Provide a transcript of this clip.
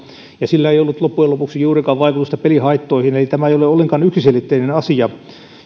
ja sillä ei ollut loppujen lopuksi juurikaan vaikutusta pelihaittoihin eli tämä ei ole ollenkaan yksiselitteinen asia